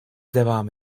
devam